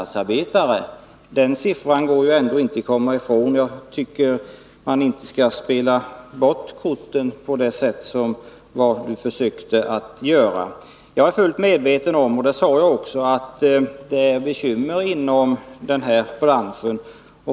Den siffran går det inte att komma ifrån, och man skall inte blanda bort korten på det sätt som Lars Ulander försökte göra. Jag är fullt medveten om — och det sade jag också — att bekymren är stora inom den här branschen.